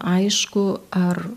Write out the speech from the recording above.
aišku ar